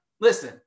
listen